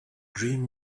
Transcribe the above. dream